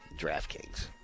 DraftKings